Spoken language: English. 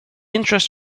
interest